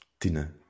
tina